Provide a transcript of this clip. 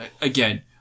again